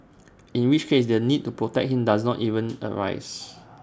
in which case the need to protect him does not even arise